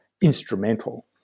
instrumental